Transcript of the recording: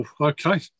Okay